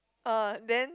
uh then